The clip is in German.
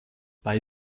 bei